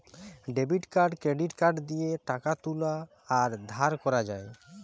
debit card credit card দিয়ে টাকা তুলা আর ধার করা যায়